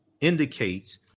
indicates